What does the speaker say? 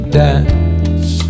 dance